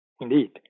Indeed